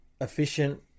efficient